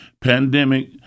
pandemic